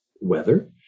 weather